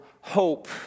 hope